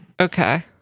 Okay